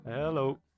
Hello